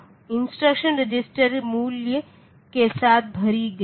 तो instruction register मूल्य के साथ भरी हुई है